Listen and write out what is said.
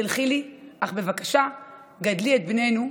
סלחי לי, אך בבקשה גדלי את בננו,